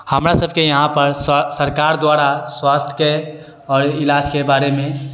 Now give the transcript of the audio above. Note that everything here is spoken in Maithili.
हमरा सबके यहाँपर सरकार द्वारा स्वास्थ्यके आओर इलाजके बारेमे